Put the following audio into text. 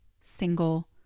single